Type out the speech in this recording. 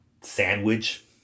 sandwich